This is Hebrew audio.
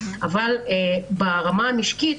אבל ברמה המשקית,